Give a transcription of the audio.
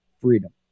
freedom